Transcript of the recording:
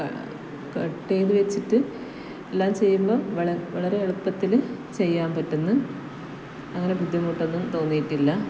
cut ചെയ്തു വച്ചിട്ട് എല്ലാം ചെയ്യുമ്പം വളരെ എളുപ്പത്തിൽ ചെയ്യാൻ പറ്റും എന്ന് അങ്ങനെ ബുദ്ധിമുട്ടൊന്നും തോന്നിയിട്ടില്ല